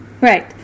right